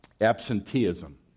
absenteeism